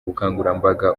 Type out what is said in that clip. ubukangurambaga